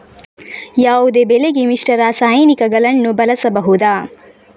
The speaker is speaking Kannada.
ಯಾವುದೇ ಬೆಳೆಗೆ ಮಿಶ್ರ ರಾಸಾಯನಿಕಗಳನ್ನು ಬಳಸಬಹುದಾ?